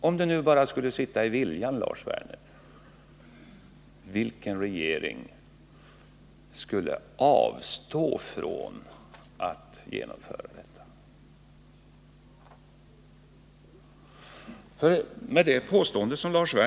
Om det bara skulle bero på viljan, Lars Werner, vilken regering skulle då avstå från att genomföra åtgärder så att man nådde det resultatet?